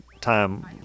time